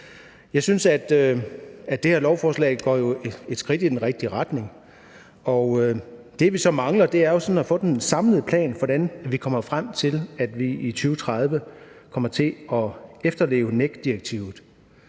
Jeg synes, at det her lovforslag jo går et skridt i den rigtig retning. Og det, vi så mangler, er jo sådan at få den samlede plan for, hvordan vi kommer frem til, at vi i 2030 kommer til at efterleve NEC-direktivet.